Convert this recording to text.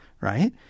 right